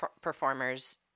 performers